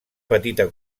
petita